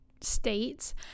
states